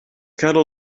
kettle